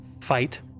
fight